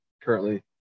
currently